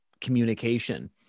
communication